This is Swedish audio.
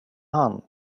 hand